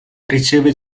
riceve